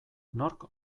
nork